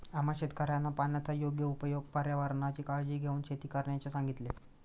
आम्हा शेतकऱ्यांना पाण्याचा योग्य उपयोग, पर्यावरणाची काळजी घेऊन शेती करण्याचे सांगितले